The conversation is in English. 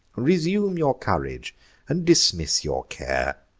resume your courage and dismiss your care,